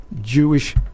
Jewish